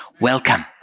Welcome